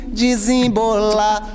desembolar